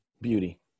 Beauty